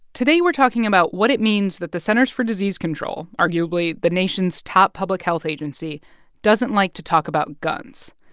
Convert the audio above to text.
today we're talking about what it means that the centers for disease control arguably, the nation's top public health agency doesn't like to talk about guns.